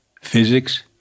Physics